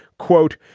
quote,